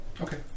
Okay